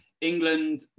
England